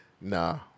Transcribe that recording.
Nah